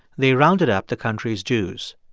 they rounded up the country's jews.